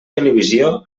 televisió